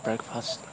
breakfast